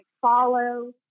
follow